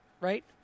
right